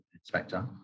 Inspector